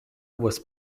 was